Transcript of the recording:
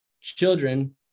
children